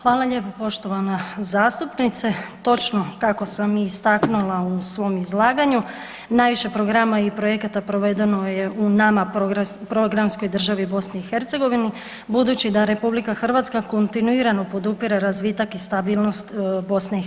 Hvala lijepo poštovana zastupnice, točno kako sam i istaknula u svom izlaganju najviše programa i projekata provedeno je u nama programskoj državi BiH budući da RH kontinuirano podupire razvitak i stabilnost BiH.